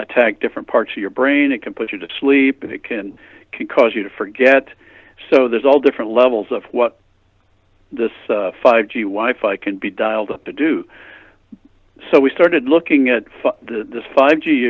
attack different parts of your brain it can put you to sleep and it can cause you to forget so there's all different levels of what this five g wife i can be dialed up to do so we started looking at the five g